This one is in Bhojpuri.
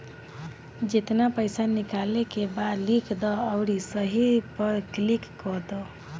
जेतना पइसा निकाले के बा लिख दअ अउरी सही पअ क्लिक कअ दअ